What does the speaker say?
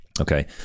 Okay